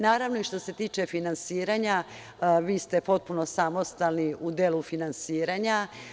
Naravno, i što se tiče finansiranja, vi ste potpuno samostalni u delu finansiranja.